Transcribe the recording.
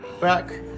Back